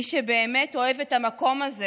מי שבאמת אוהב את המקום הזה